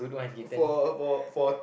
for for for